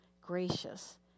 gracious